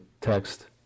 text